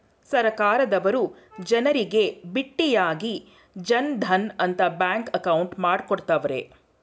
ಸರ್ಕಾರದವರು ಜನರಿಗೆ ಬಿಟ್ಟಿಯಾಗಿ ಜನ್ ಧನ್ ಅಂತ ಬ್ಯಾಂಕ್ ಅಕೌಂಟ್ ಮಾಡ್ಕೊಡ್ತ್ತವ್ರೆ